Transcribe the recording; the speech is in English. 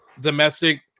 domestic